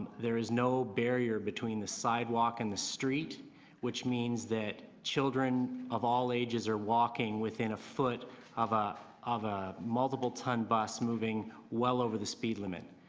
there is no barrier between the sidewalk and the street which means that children of all arj ages are walking within a foot of ah of a multi. ple ton bus moving well over the speed limit.